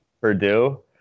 Purdue